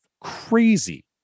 crazy